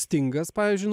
stingas pavyzdžiui nu